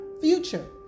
future